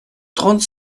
trente